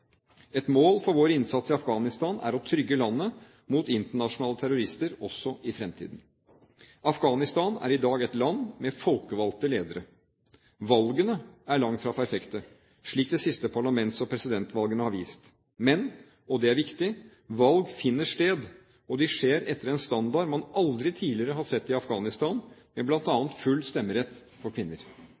Et mål for vår innsats i Afghanistan er å trygge landet mot internasjonale terrorister også i fremtiden. Afghanistan er i dag et land med folkevalgte ledere. Valgene er langt fra perfekte, slik de siste parlaments- og presidentvalgene har vist. Men – og det er viktig – valg finner sted, og de skjer etter en standard man aldri tidligere har sett i Afghanistan, med bl.a. full stemmerett for kvinner.